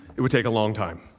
it would take a long time.